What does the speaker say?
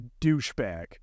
douchebag